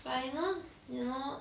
but I know you know